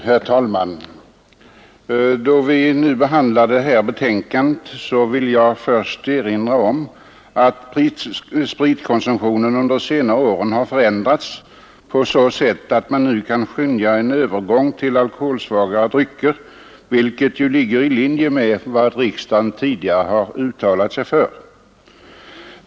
Herr talman! Då vi nu behandlar detta betänkande, vill jag först erinra om att spritkonsumtionen under de senare åren har förändrats så att man kan skönja en övergång till alkoholsvagare drycker, vilket ligger i linje med vad riksdagen tidigare uttalat sig för.